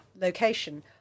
location